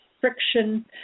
friction